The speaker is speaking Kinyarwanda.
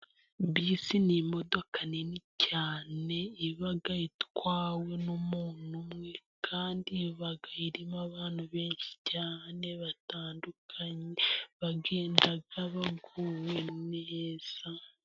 Bisi ni imodoka nini cyane iba itwawe n'umuntu umwe, kandi iba irimo abantu benshi cyane batandukanye, bagenda baguwe neza.